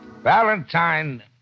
Valentine